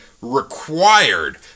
required